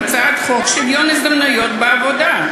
הצעת חוק שוויון ההזדמנויות בעבודה.